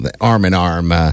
arm-in-arm